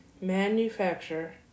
manufacture